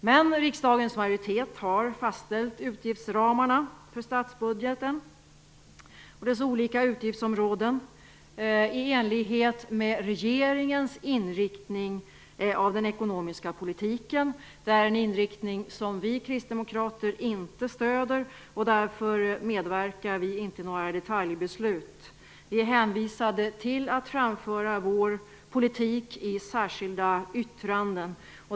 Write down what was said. Men riksdagens majoritet har fastställt utgiftsramarna för statsbudgeten och dess olika utgiftsområden i enlighet med regeringens inriktning av den ekonomiska politiken. Det är en inriktning som vi kristdemokrater inte stöder. Därför medverkar vi inte till några detaljbeslut. Vi är hänvisade till att redovisa vår politik i särskilda yttranden.